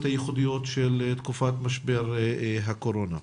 הייחודיות של תקופת משבר הקורונה.